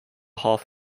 half